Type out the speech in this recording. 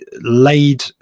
laid